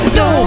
no